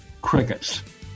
crickets